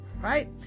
right